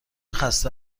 خسته